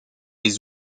les